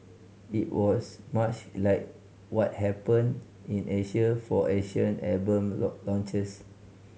it was much like what happened in Asia for Asian album launches